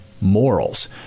Morals